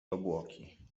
obłoki